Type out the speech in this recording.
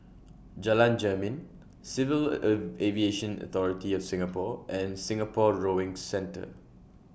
Jalan Jermin Civil Aviation Authority of Singapore and Singapore Rowing Centre